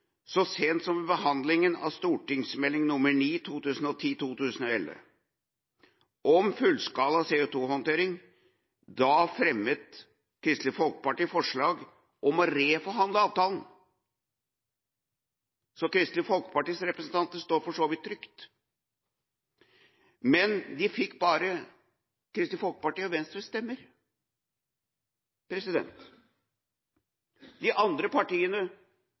så sent som ved behandlinga av Meld. St. 9 for 2010–2011 om fullskala CO2-håndtering. Da fremmet Kristelig Folkeparti forslag om å reforhandle avtalen. Så Kristelig Folkepartis representanter står for så vidt trygt, men de fikk bare Kristelig Folkepartis og Venstres stemmer. De andre partiene